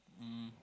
mm